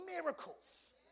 miracles